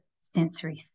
sensory